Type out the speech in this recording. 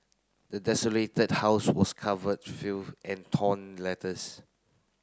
the desolated house was covered filth and torn letters